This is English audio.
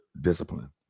discipline